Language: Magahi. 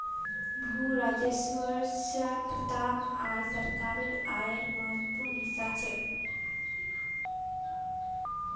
भू राजस्व स प्राप्त आय सरकारेर आयेर महत्वपूर्ण हिस्सा छेक